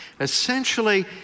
Essentially